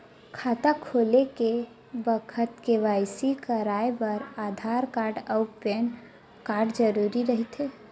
खाता खोले के बखत के.वाइ.सी कराये बर आधार कार्ड अउ पैन कार्ड जरुरी रहिथे